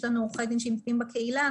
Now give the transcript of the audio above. יש לנו עורכי דין שנמצאים בקהילה.